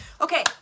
Okay